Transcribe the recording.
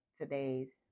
today's